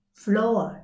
floor